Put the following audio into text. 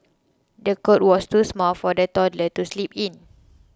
the cot was too small for the toddler to sleep in